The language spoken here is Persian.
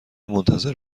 منتظر